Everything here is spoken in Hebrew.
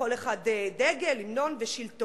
לכל אחד דגל, המנון ושלטון.